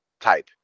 type